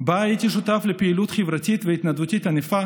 והייתי שותף בה לפעילות חברתית והתנדבותית ענפה